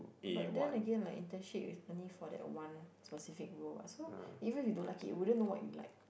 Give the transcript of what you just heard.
but then again like internship is only for that one specific rule what so even if you don't like it you wouldn't know what you like